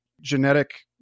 genetic